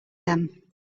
them